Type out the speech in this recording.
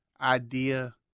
idea